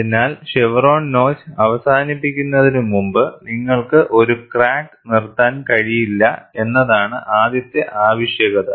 അതിനാൽ chevron notch അവസാനിക്കുന്നതിനുമുമ്പ് നിങ്ങൾക്ക് ഒരു ക്രാക്ക് നിർത്താൻ കഴിയില്ല എന്നതാണ് ആദ്യത്തെ ആവശ്യകത